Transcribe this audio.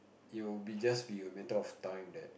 it will be just be a matter of time that